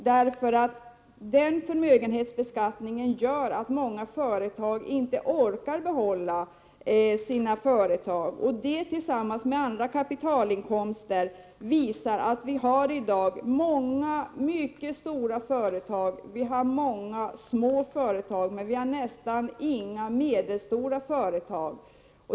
Den beskattningen gör att många inte orkar behålla sina företag. Den beskattningen tillsammans med andra skatter på kapitalinkomster gör att vi i dag har många mycket stora företag och många små företag men nästan inga medelstora företag.